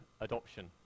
adoption